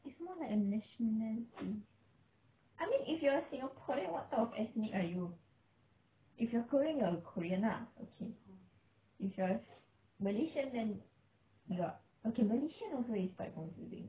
it's more like a nationality I mean if you are a singaporean what type of ethnic are you if you're korean you're a korean lah okay if you are a malaysian then you are okay malaysian also is quite confusing